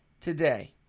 Today